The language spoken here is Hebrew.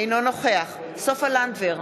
אינו נוכח סופה לנדבר,